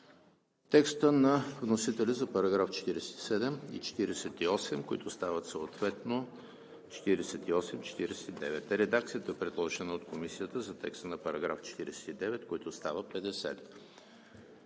текста на вносителя за параграфи 47 и 48, които стават съответно параграфи 48 и 49; редакцията, предложена от Комисията за текста на § 49, който става §